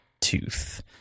tooth